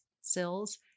Sills